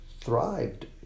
thrived